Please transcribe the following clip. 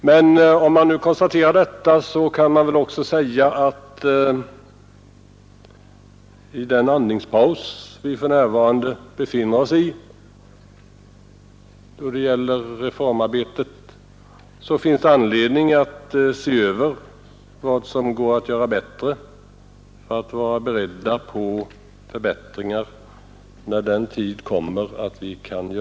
När man nu konstaterat detta kan man väl också säga att vi i den andningspaus vi nu befinner oss i då det gäller reformarbetet har anledning att se över vad som kan göras för att vi skall vara beredda när den tid kommer då förbättringar kan ske.